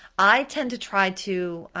i tend to try to,